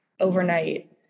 overnight